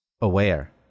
aware